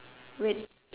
wait